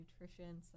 nutrition